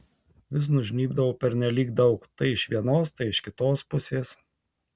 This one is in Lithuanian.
vis nužnybdavau pernelyg daug tai iš vienos tai iš kitos pusės